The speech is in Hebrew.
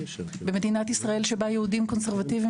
במדינת ישראל שבה יהודים קונסרבטיביים